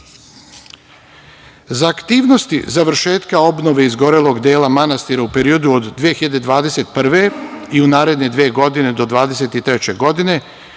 aktivnosti završetka obnove izgorelog dela manastira u periodu od 2021. godine i u naredne dve godine, do 2023. godine,